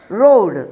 road